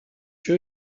sure